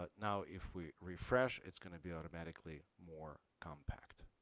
ah now if we refresh, it's gonna be automatically more compact.